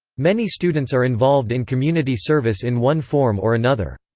many students are involved in community service in one form or another.